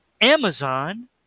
Amazon